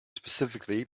specifically